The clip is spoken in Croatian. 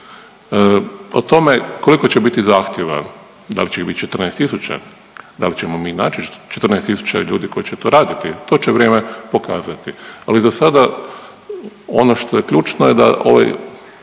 O tome koliko će biti zahtjeva, dal će ih biti 14 tisuća, dal ćemo mi naći 14 tisuća ljudi koji će to raditi to će vrijeme pokazati, ali zasada ono što je ključno je da ovi